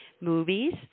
movies